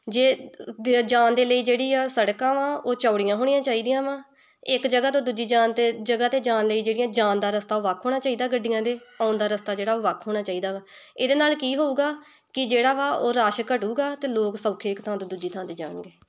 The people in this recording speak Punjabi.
ਜੇ ਦੇ ਜਾਣ ਦੇ ਲਈ ਜਿਹੜੀਆਂ ਸੜਕਾਂ ਵਾ ਉਹ ਚੌੜੀਆਂ ਹੋਣੀਆਂ ਚਾਹੀਦੀਆਂ ਵਾ ਇੱਕ ਜਗ੍ਹਾ ਤੋਂ ਦੂਜੀ ਜਾਣ 'ਤੇ ਜਗ੍ਹਾ 'ਤੇ ਜਾਣ ਲਈ ਜਿਹੜੀਆਂ ਜਾਣ ਦਾ ਰਸਤਾ ਵੱਖ ਹੋਣਾ ਚਾਹੀਦਾ ਗੱਡੀਆਂ ਦੇ ਆਉਣ ਦਾ ਰਸਤਾ ਜਿਹੜਾ ਉਹ ਵੱਖ ਹੋਣਾ ਚਾਹੀਦਾ ਵਾ ਇਹਦੇ ਨਾਲ ਕੀ ਹੋਊਗਾ ਕਿ ਜਿਹੜਾ ਵਾ ਉਹ ਰਸ਼ ਘਟੇਗਾ ਅਤੇ ਲੋਕ ਸੌਖੇ ਇੱਕ ਥਾਂ ਤੋਂ ਦੂਜੀ ਥਾਂ 'ਤੇ ਜਾਣਗੇ